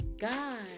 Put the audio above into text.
God